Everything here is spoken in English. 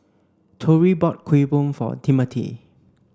Tory bought Kuih Bom for Timmothy